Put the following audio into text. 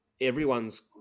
everyone's